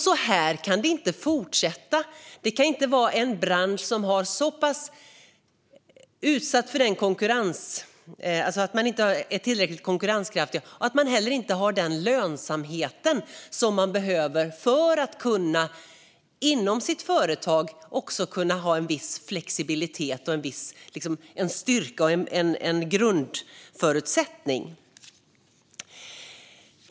Så här kan det inte fortsätta. Detta kan inte vara en bransch där man inte är tillräckligt konkurrenskraftig och inte har den lönsamhet som man behöver för att inom sitt företag kunna ha en viss flexibilitet, en styrka och en grundförutsättning.